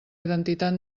identitat